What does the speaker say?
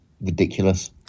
ridiculous